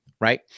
right